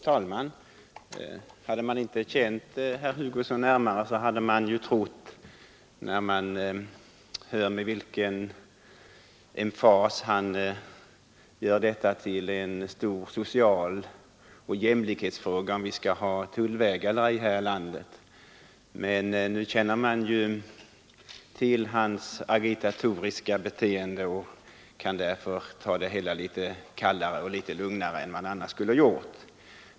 Fru talman! Den som inte känner herr Hugosson närmare och hörde med vilken emfas han talade om dessa ting skulle förmodligen ha trott att herr Hugosson gjorde det till en stor social fråga och en jämlikhetsfråga om vi skall ha tullväg eller inte här i landet. Men nu känner vi ju till herr Hugossons agitatoriska beteende och kan därför ta hans tal litet kallare och lugnare än vi annars skulle ha gjort.